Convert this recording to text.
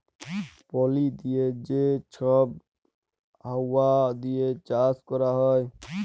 পলি দিঁয়ে যে ছব হাউয়া দিঁয়ে চাষ ক্যরা হ্যয়